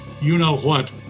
you-know-what